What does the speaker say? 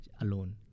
alone